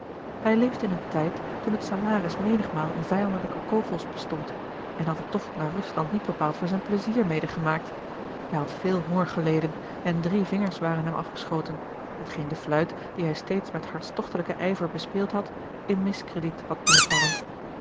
hij leefde in een tijd toen het salaris menigmaal in vijandelijke kogels bestond en had den togt naar rusland niet bepaald voor zijn pleizier medegemaakt hij had george een ongeluksvogel veel honger geleden en drie vingers waren hem afgeschoten hetgeen de fluit die hij steeds met hartstogtelijken ijver bespeeld had in miscrediet had doen vallen